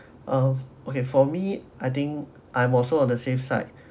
oh okay for me I think I'm also on the safe side